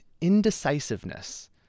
indecisiveness